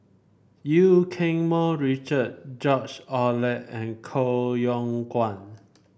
Eu Keng Mun Richard George Oehler and Koh Yong Guan